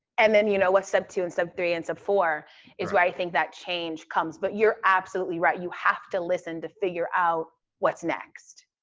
and then, you know, step two and step three and step four is where i think that change comes, but you're absolutely right. you have to listen to figure out what's next.